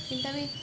কিন্তু আমি